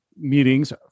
meetings